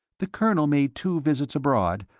the colonel made two visits abroad,